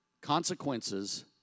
Consequences